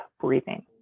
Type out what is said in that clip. breathing